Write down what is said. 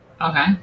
okay